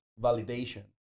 validation